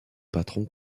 patron